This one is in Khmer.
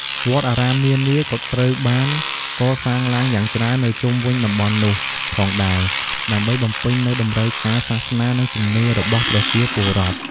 វត្តអារាមនានា ក៏ត្រូវបាន កសាងឡើងយ៉ាងច្រើន នៅ ជុំវិញតំបន់នោះ ផងដែរ ដើម្បីបំពេញនូវ តម្រូវការសាសនា និង ជំនឿ របស់ ប្រជាពលរដ្ឋ។